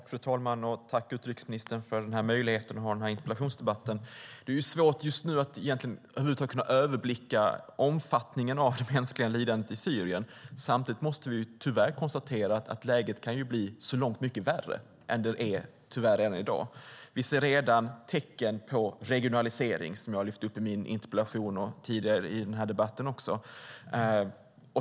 Fru talman! Tack, utrikesministern, för möjligheten att ha den här interpellationsdebatten. Det är svårt just nu att över huvud taget kunna överblicka omfattningen av det mänskliga lidandet i Syrien. Samtidigt måste vi tyvärr konstatera att läget kan bli långt mycket värre än det är i dag. Vi ser redan tecken på regionalisering, som jag lyft fram i min interpellation och också tidigare i den här debatten.